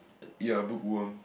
you are book worm